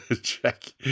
check